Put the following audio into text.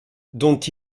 dont